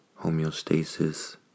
homeostasis